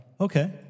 Okay